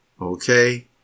Okay